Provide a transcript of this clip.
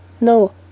no